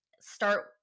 start